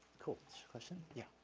cool. question. yeah.